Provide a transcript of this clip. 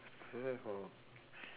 is that for